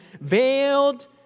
veiled